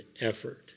effort